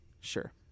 Sure